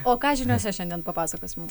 o ką žiniose šiandien papasakosi mum